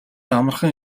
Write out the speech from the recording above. амархан